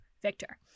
victor